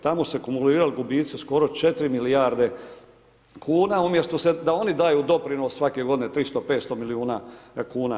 Tamo se akumulirali gubitci skoro 4 milijarde kn, umjesto da oni daju doprinos svake godine 300, 500 milijuna kn.